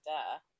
Duh